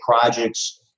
projects